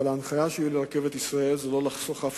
אבל ההנחיה שלי לרכבת ישראל היא לא לחסוך אף